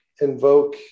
invoke